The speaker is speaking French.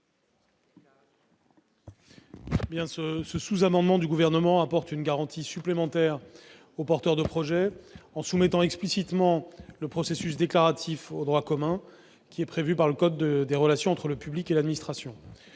Ce sous-amendement a pour objet d'apporter une garantie supplémentaire aux porteurs de projet en soumettant explicitement le processus déclaratif au droit commun prévu par le code des relations entre le public et l'administration,